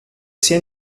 sia